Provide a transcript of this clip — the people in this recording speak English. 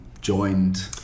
joined